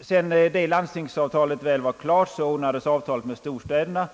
Sedan landstingsavtalet väl blivit klart ordnades avtalet med storstäderna.